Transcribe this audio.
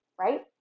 right